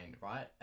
right